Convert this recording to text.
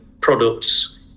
products